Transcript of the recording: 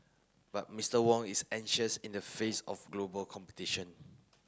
but Mister Wong is anxious in the face of global competition